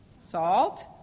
salt